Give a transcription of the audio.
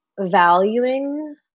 valuing